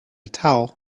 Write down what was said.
towel